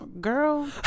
girl